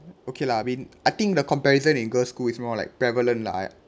okay lah I mean I think the comparison in girls' school it's more like prevalent lah